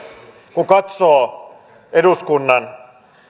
kun katsoo eduskunnan